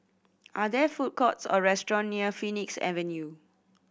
are there food courts or restaurant near Phoenix Avenue